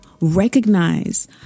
recognize